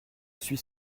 suis